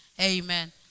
Amen